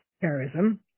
terrorism